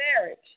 marriage